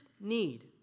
need